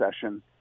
session